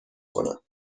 کنم